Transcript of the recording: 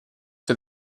for